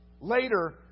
Later